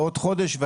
ועוד חודש.